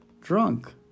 drunk